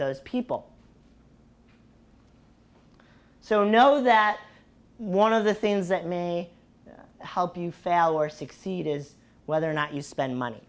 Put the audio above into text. those people so know that one of the things that may help you fail or succeed is whether or not you spend money